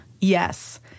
Yes